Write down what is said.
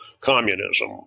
communism